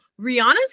rihanna's